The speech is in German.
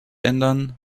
ändern